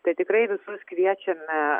tai tikrai visus kviečiame